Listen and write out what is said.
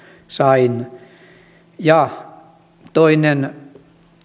sain toinen